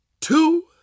two